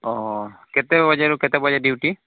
ଓ ହୋ କେତେ ବଜେରୁ କେତେ ବଜେ ଡ୍ୟୁଟି